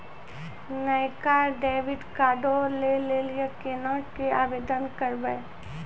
नयका डेबिट कार्डो लै लेली केना के आवेदन करबै?